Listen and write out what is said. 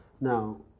Now